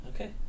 Okay